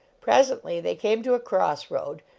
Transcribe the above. presently they came to a cross-road,